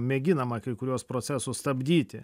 mėginama kai kuriuos procesus stabdyti